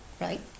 Right